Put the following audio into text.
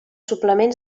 suplements